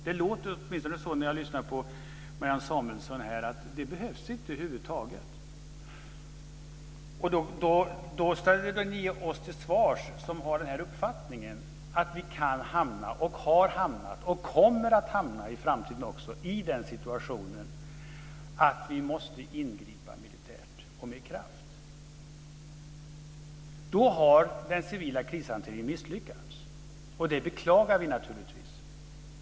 Det låter åtminstone så när jag lyssnar på Marianne Samuelsson, dvs. den behövs över huvud taget inte. Då ställer ni oss som har denna uppfattning till svars, dvs. att vi kan hamna, har hamnat och kommer att i framtiden hamna i den situationen att vi måste ingripa militärt och med kraft. Då har den civila krishanteringen misslyckats. Det beklagar vi naturligtvis.